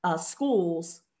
schools